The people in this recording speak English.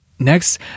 Next